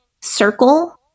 circle